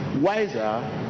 wiser